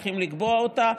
וצריכים לקבוע אותה.